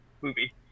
movie